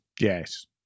Yes